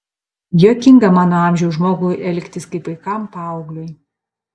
juokinga mano amžiaus žmogui elgtis kaip paikam paaugliui